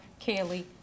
kaylee